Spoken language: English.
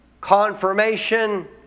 confirmation